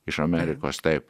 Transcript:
iš amerikos taip